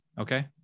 okay